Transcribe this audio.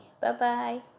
Bye-bye